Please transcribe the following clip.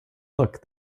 look